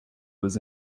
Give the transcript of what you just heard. was